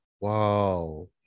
Wow